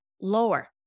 lower